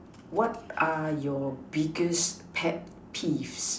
what are your biggest pet peeve